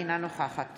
אינה נוכחת